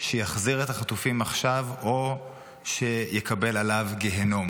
שיחזיר את החטופים עכשיו או שיקבל עליו גיהינום.